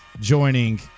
joining